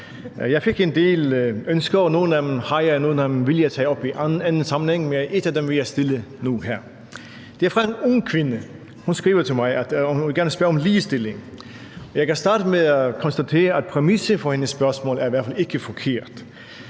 Jeg fik en del ønsker, og nogle af spørgsmålene har jeg allerede taget op, andre af dem vil jeg tage op i anden sammenhæng, men et af dem vil jeg stille nu her. Spørgsmålet er fra en ung kvinde, som skriver til mig, at hun gerne vil spørge om ligestilling. Jeg kan starte med at konstatere, at præmissen for hendes spørgsmål i hvert fald ikke er forkert.